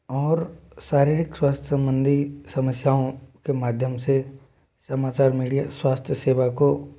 और शारीरिक स्वास्थ्य संबंधी समस्याओं के माध्यम से समाचार मीडिया स्वास्थ्य सेवा को